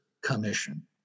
commission